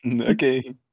Okay